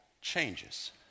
changes